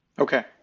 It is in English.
Okay